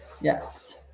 Yes